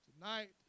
Tonight